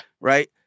right